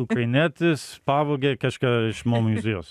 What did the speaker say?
ukrainietis pavogė kažką iš mo muziejaus